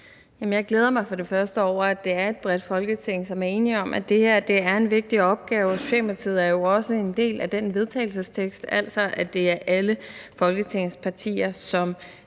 Jeg glæder mig for det første over, at det er et bredt Folketing, som er enig om, at det her er en vigtig opgave. Og Socialdemokratiet er jo også en del af det forslag til vedtagelse. Altså er det alle Folketingets partier, som